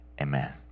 Amen